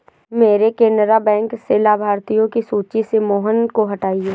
मेरे केनरा बैंक से लाभार्थियों की सूची से मोहन को हटाइए